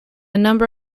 number